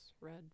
red